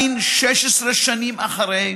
עדיין, 16 שנים אחרי,